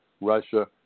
Russia